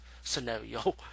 scenario